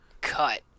cut